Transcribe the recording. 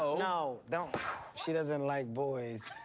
no, don't she doesn't like boys,